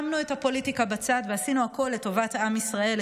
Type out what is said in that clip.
שמנו את הפוליטיקה בצד ועשינו הכול לטובת עם ישראל,